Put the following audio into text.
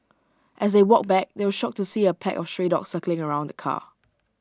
as they walked back they were shocked to see A pack of stray dogs circling around the car